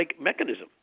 mechanism